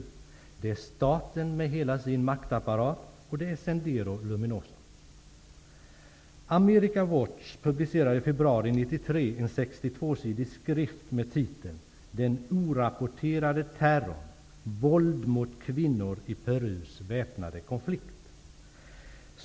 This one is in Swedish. Det är staten med hela sin maktapparat, och det är Sendero våld mot kvinnor i Perus väpnade konflikt.